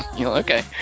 Okay